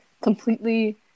completely